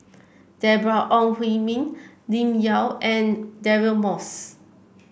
Deborah Ong Hui Min Lim Yau and Deirdre Moss